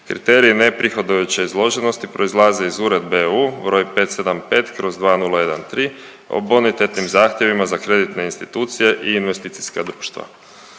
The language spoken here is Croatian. Kriterij neprihodujeće izloženosti proizlaze iz Uredbe EU br. 575/2013 o bonitetnim zahtjevima za kreditne institucije i investicijska društva.